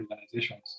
organizations